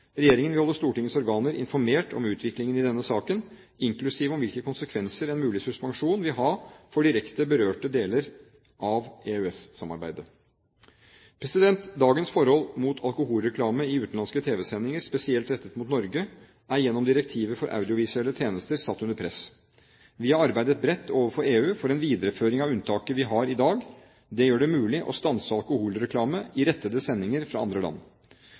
Regjeringen vil holde Stortingets organer informert om utviklingen i denne saken, inklusive om hvilke konsekvenser en mulig suspensjon vil ha for direkte berørte deler av EØS-samarbeidet. Dagens forbud mot alkoholreklame i utenlandske tv-sendinger spesielt rettet mot Norge er gjennom direktivet for audiovisuelle tjenester satt under press. Vi har arbeidet bredt overfor EU for en videreføring av unntaket vi har i dag. Det gjør det mulig å stanse alkoholreklame i rettede sendinger fra andre land.